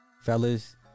Fellas